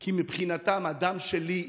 כי מבחינתם הדם שלי,